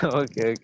okay